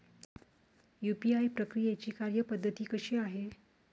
UPI प्रक्रियेची कार्यपद्धती कशी आहे?